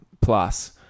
plus